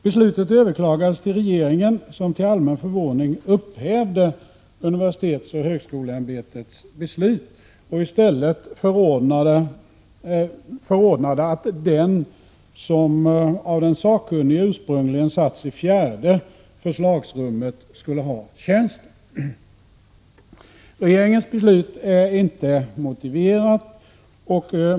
Beslutet överklagades till regeringen, som till allmän förordnade att den som av den sakkunnige ursprungligen satts i fjärde förslagsrummet skulle ha tjänsten. Regeringens beslut är inte motiverat.